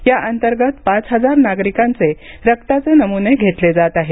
या अंतर्गत पाच हजार नागरिकांचे रक्ताचे नमुने घेतले जात आहेत